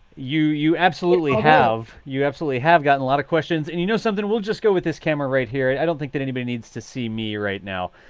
you you absolutely have. you absolutely have gotten a lot of questions. and you know something? we'll just go with this camera right here. i don't think that anybody needs to see me right now.